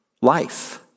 life